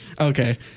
Okay